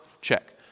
check